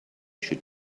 should